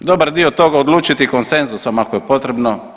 Dobar dio toga odlučiti konsenzusom ako je potrebno.